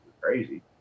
crazy